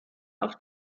auf